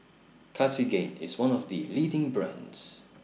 Cartigain IS one of The leading brands